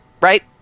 right